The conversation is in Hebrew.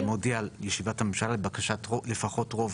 שמודיע על ישיבת הממשלה של לפחות רוב